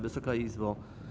Wysoka Izbo!